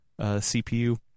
CPU